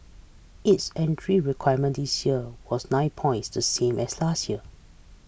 its entry requirement this year was nine points to same as last year